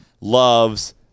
loves